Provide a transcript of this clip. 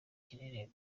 kinini